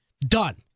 done